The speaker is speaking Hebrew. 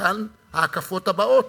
ומכאן ההקפות הבאות,